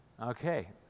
Okay